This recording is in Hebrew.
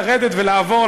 לרדת ולעבור,